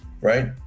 right